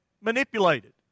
manipulated